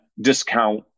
discount